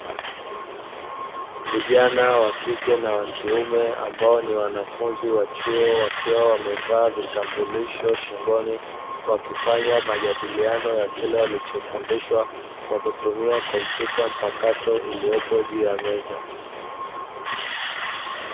Vijana wa kike na wa kiume ambao ni wanafunzi wa chuo wakiwa wamevaa vitambulisho shingoni wakifanya majadiliano ya kile walichofundishwa kwa kutumia kompyuta mpakato iliyopo juu ya meza.